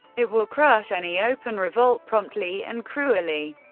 it will crush any open revolt promptly and cruelly,